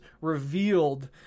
revealed